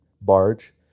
barge